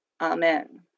Amen